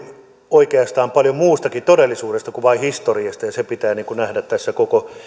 oikeastaan paljon muustakin todellisuudesta kuin vain historiasta ja se pitää nähdä tässä koko